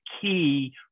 key